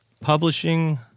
Publishing